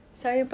yes